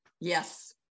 Yes